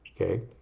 Okay